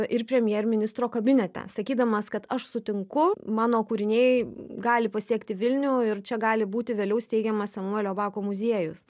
ir premjerministro kabinete sakydamas kad aš sutinku mano kūriniai gali pasiekti vilnių ir čia gali būti vėliau steigiamas samuelio bako muziejus